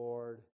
Lord